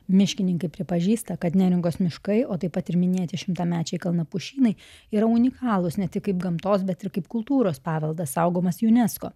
miškininkai pripažįsta kad neringos miškai o taip pat ir minėti šimtamečiai kalnapušynai yra unikalūs ne tik kaip gamtos bet ir kaip kultūros paveldas saugomas unesco